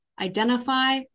identify